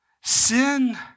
Sin